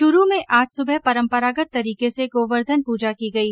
चूरू में आज सुबह परम्परागत तरीके से गोवर्धन पूजा की गई